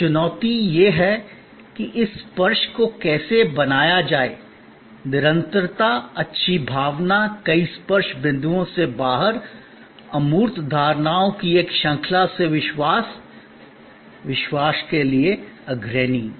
तो चुनौती यह है कि इस स्पर्श को कैसे बनाया जाए निरंतरता अच्छी भावना कई स्पर्श बिंदुओं से बाहर अमूर्त धारणाओं की एक श्रृंखला से विश्वास विश्वास के लिए अग्रणी